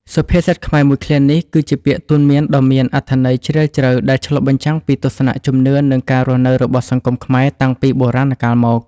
សុភាសិតខ្មែរមួយឃ្លានេះ គឺជាពាក្យទូន្មានដ៏មានអត្ថន័យជ្រាលជ្រៅ ដែលឆ្លុះបញ្ចាំងពីទស្សនៈ ជំនឿ និងការរស់នៅរបស់សង្គមខ្មែរតាំងពីបុរាណកាលមក។